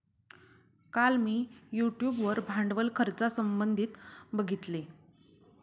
काल मी यूट्यूब वर भांडवल खर्चासंबंधित बघितले